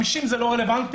50 זה לא רלוונטי,